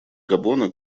габона